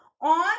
on